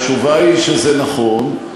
התשובה היא שזה נכון,